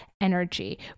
energy